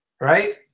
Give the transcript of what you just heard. Right